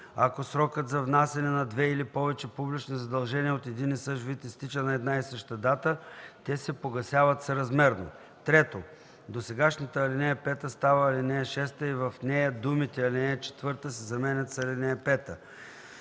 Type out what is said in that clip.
Ако срокът за внасяне на две или повече публични задължения от един и същ вид изтича на една и съща дата, те се погасяват съразмерно.” 3. Досегашната ал. 5 става ал. 6 и в нея думите „ал. 4” се заменят с „ал. 5”.